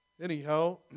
Anyhow